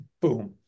boom